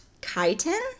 chitin